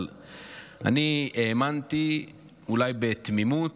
אבל אני האמנתי, אולי בתמימות,